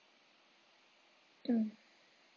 mm